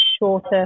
shorter